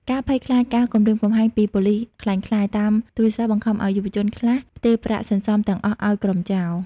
ការភ័យខ្លាចការគំរាមកំហែងពី "ប៉ូលិសក្លែងក្លាយ" តាមទូរស័ព្ទ បង្ខំឱ្យយុវជនខ្លះផ្ទេរប្រាក់សន្សំទាំងអស់ឱ្យក្រុមចោរ។